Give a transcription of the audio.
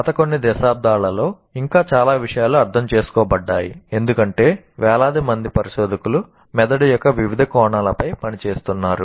గత కొన్ని దశాబ్దాలలో ఇంకా చాలా విషయాలు అర్థం చేసుకోబడ్డాయి ఎందుకంటే వేలాది మంది పరిశోధకులు మెదడు యొక్క వివిధ కోణాలపై పనిచేస్తున్నారు